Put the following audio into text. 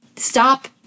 stop